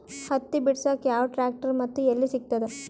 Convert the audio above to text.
ಹತ್ತಿ ಬಿಡಸಕ್ ಯಾವ ಟ್ರ್ಯಾಕ್ಟರ್ ಮತ್ತು ಎಲ್ಲಿ ಸಿಗತದ?